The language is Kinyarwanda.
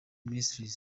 ministries